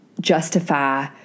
justify